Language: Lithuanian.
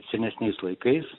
senesniais laikais